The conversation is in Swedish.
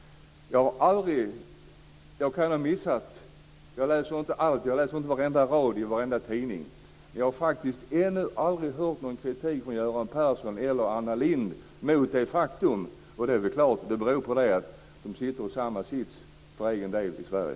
Jag kan ha missat något. Jag läser inte allt. Jag lyssnar inte på vartenda radioprogram och läser inte varenda tidning, men jag har faktiskt ännu aldrig hört någon kritik från Göran Persson eller Anna Lindh mot detta faktum. Och det är klart att det beror på att de sitter i samma sits för egen del i Sverige.